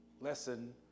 lesson